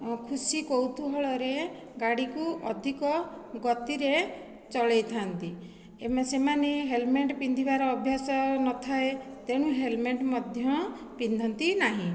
ଖୁସି କୌତୁହଳରେ ଗାଡ଼ିକୁ ଅଧିକ ଗତିରେ ଚଲାଇଥାନ୍ତି ଏବଂ ସେମାନେ ହେଲମେଟ୍ ପିନ୍ଧିବାର ଅଭ୍ୟାସ ନଥାଏ ତେଣୁ ହେଲମେଟ୍ ମଧ୍ୟ ପିନ୍ଧନ୍ତି ନାହିଁ